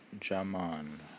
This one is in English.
jaman